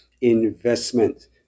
Investment